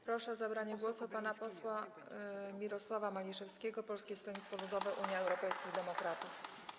Proszę o zabranie głosu pana posła Mirosława Maliszewskiego, Polskie Stronnictwo Ludowe - Unia Europejskich Demokratów.